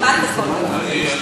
כמעט בכל בתי-החולים.